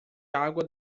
água